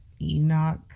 Enoch